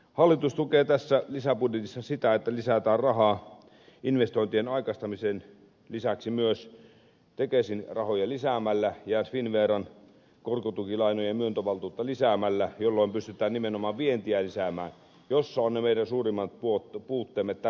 hallitus tukee tässä lisäbudjetissa sitä että lisätään rahaa investointien aikaistamisen lisäksi myös tekesin rahoja lisäämällä ja finnveran korkotukilainojen myöntövaltuutta lisäämällä jolloin pystytään nimenomaan lisäämään vientiä jossa ovat ne meidän suurimmat puutteemme tällä hetkellä